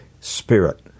spirit